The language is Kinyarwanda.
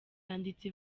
yanditse